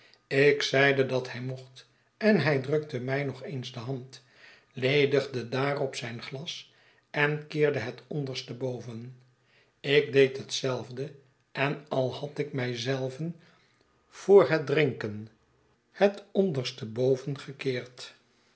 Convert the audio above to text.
ik zeide dat hij mocht en hij drukte mij nog eens de hand ledigde daarop zijn glas enkeerde het t onderste boven ik deed hetzelfde en al had ik mij zelven voor het drinken t onderste boven gekeerd